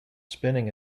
spinning